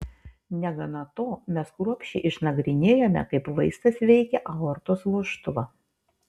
negana to mes kruopščiai išnagrinėjome kaip vaistas veikia aortos vožtuvą